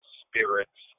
spirits